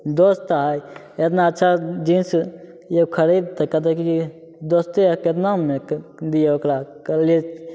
दोस्त हइ एतना अच्छा जीन्स खरिदतै कहतै कि दोस्ते हइ कतनामे दिअऽ ओकरा कहलिए